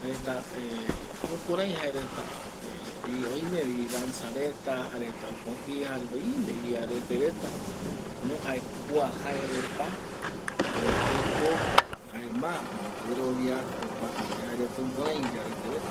jaereta jare jukurai jare oimevi idanza reta jaereta oime iarete retano jae kua jaereta jeko jaema guɨroviava jare jukurai iyarete reta